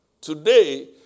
today